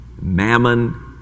mammon